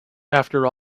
after